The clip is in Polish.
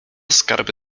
skarby